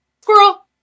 squirrel